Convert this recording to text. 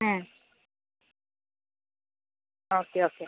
മ് okay okay